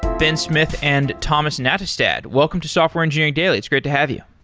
ben smith and thomas nattestad, welcome to software engineering daily. it's great to have you.